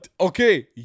okay